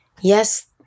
Yes